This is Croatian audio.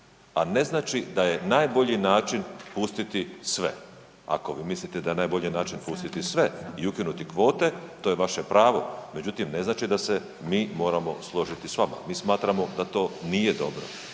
a ne znači da je najbolji način pustiti sve. Ako vi mislite da je najbolji način pustiti sve i ukinuti kvote, to je vaše pravo međutim ne znači da se mi moramo složiti s vama, mi smatramo da to nije dobro